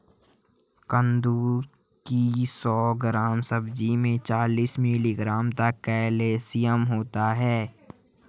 कुंदरू की सौ ग्राम सब्जी में चालीस मिलीग्राम तक कैल्शियम होता है